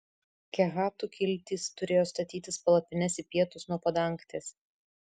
kehatų kiltys turėjo statytis palapines į pietus nuo padangtės